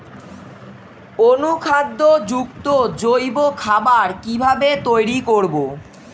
অনুখাদ্য যুক্ত জৈব খাবার কিভাবে তৈরি করব?